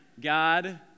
God